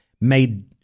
made